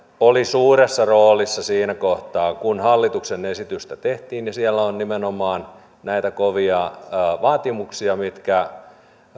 oli suuressa roolissa siinä kohtaa kun hallituksen esitystä tehtiin ja siellä on nimenomaan näitä kovia vaatimuksia mitkä